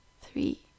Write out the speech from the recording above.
three